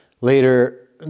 Later